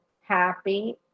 happy